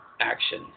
action